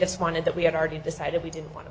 it's wanted that we had already decided we didn't want to